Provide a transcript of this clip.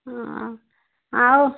ହଁ ଆଉ